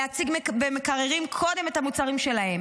להציג במקררים קודם את המוצרים שלהם,